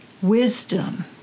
wisdom